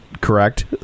Correct